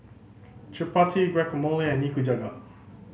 Chapati Guacamole and Nikujaga